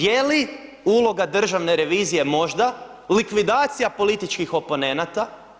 Je li uloga državne revizije možda likvidacija političkih oponenata?